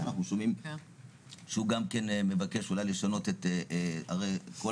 אנחנו שומעים שהוא גם כן מבקש אולי לשנות, הרי כל